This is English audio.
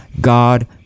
God